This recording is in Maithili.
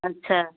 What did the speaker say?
अच्छा